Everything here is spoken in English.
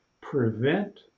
prevent